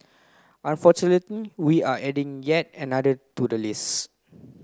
unfortunately we're adding yet another to the list